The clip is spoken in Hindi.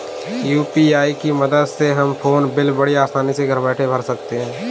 यू.पी.आई की मदद से हम फ़ोन बिल बड़ी आसानी से घर बैठे भर सकते हैं